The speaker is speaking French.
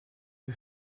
des